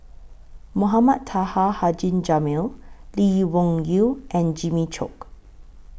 Mohamed Taha Haji Jamil Lee Wung Yew and Jimmy Chok